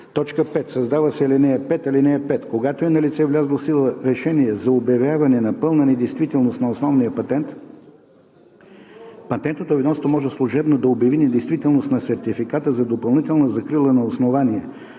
59“. 5. Създава се ал. 5: „(5) Когато е налице влязло в сила решение за обявяване на пълна недействителност на основния патент, Патентното ведомство може служебно да обяви недействителност на сертификата за допълнителна закрила на основание